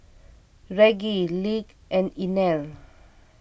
Reggie Lige and Inell